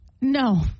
no